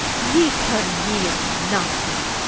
ye turne me into nothing.